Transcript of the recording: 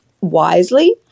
wisely